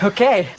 Okay